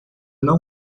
não